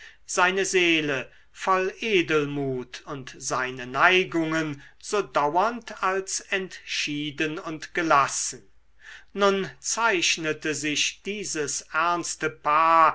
seine seele voll edelmut und seine neigungen so dauernd als entschieden und gelassen nun zeichnete sich dieses ernste paar